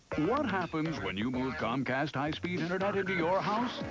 what happens when you move comcast high-speed internet into your house?